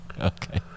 Okay